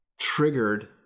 triggered